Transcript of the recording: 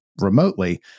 remotely